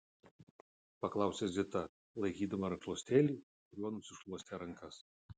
paklausė zita laikydama rankšluostėlį kuriuo nusišluostė rankas